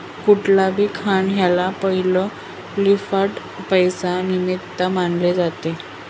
Kublai Khan ह्याला पहिला fiat पैसा निर्माता मानले जाते